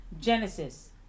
Genesis